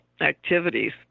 activities